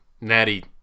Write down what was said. natty